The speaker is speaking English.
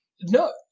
No